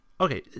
Okay